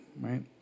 right